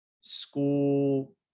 school